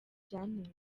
byanteye